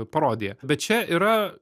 parodija bet čia yra